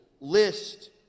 list